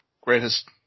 greatest